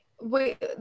wait